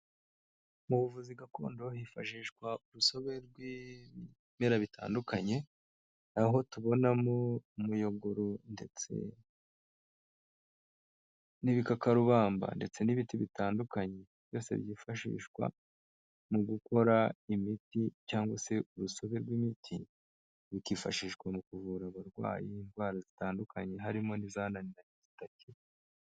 Mu buvuzi gakondo hifashishwa urusobe rw'ibimera bitandukanye, aho tubonamo umuyogooro ndetse n'ibikakarubamba ndetse n'ibiti bitandukanye, byose byifashishwa mu gukora imiti cyangwa se urusobe rw'imiti, bikifashishwa mu kuvura abarwayi indwara zitandukanye, harimo n'izananiranye zidakira.